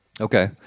Okay